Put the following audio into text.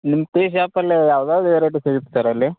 ನಿಮ್ಮ ಟೀ ಶಾಪಲ್ಲಿ ಯಾವ ಯಾವ ವೆರೈಟಿ ಸಿಗುತ್ತೆ ಸರ್ ಅಲ್ಲಿ